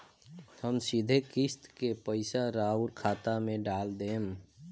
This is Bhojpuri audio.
हम सीधे किस्त के पइसा राउर खाता में डाल देम?